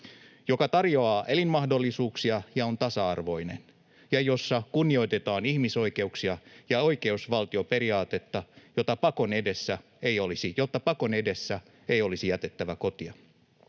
joka tarjoaa elinmahdollisuuksia ja on tasa-arvoinen ja jossa kunnioitetaan ihmisoikeuksia ja oikeusvaltioperiaatetta, jotta pakon edessä ei olisi jätettävä kotia.